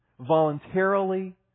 voluntarily